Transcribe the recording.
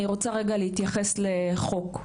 אני רוצה להתייחס רגע לחוק.